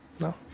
No